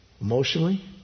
emotionally